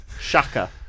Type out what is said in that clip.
Shaka